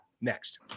next